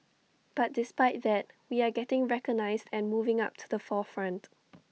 but despite that we are getting recognised and moving up to the forefront